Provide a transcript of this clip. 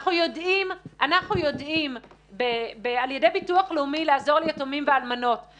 אנחנו יודעים לעזור ליתומים ואלמנות על ידי ביטוח לאומי,